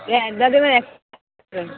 हे दऽ देबै